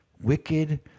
wicked